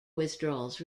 withdrawals